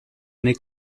nei